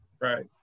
Right